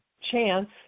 chance